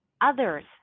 others